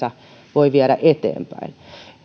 voi viedä eteenpäin